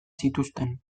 zituzten